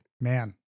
man